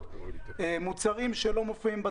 מה ההיקף של